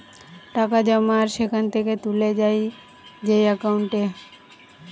টাকা জমা আর সেখান থেকে তুলে যায় যেই একাউন্টে